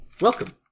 welcome